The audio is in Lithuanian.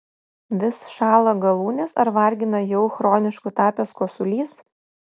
vis šąla galūnės ar vargina jau chronišku tapęs kosulys